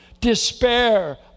Despair